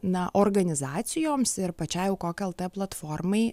na organizacijoms ir pačiai aukok lt platformai